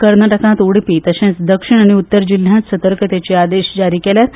कर्नाटकांत उडपी तशेंच दक्षीण आनी उत्तर जिल्ल्यांत सतर्कतायेचे आदेश ज्यारी केल्यात